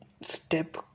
step